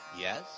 Yes